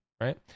right